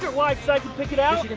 but i can pick it up.